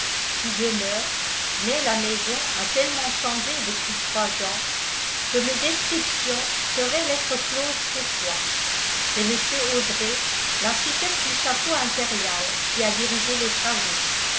tu demeures mais la maison a tellement changé depuis trois ans que mes descriptions seraient lettre close pour toi c'est mr audret l'architecte du château impérial qui a dirigé les travaux